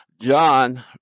John